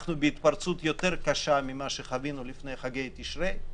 אנחנו בהתפרצות יותר קשה ממה שחווינו לפני חגי תשרי.